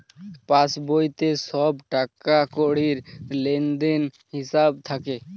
পাসবইতে সব টাকাকড়ির লেনদেনের হিসাব থাকে